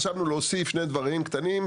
חשבנו להוסיף עוד שני דברים קטנים.